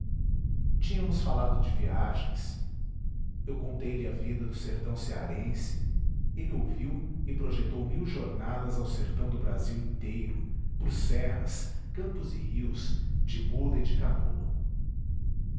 tínhamos falado de viagens eu conteilhe a vida do sertão cearense ele ouviu e projetou mil jornadas ao sertão do brasil inteiro por serras campos e rios de mula e de canoa